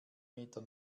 meter